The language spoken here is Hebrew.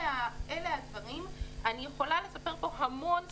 אני יכולה לספר פה הרבה מאוד סיפורים,